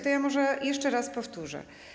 To ja może jeszcze raz powtórzę.